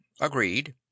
-"Agreed